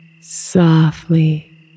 softly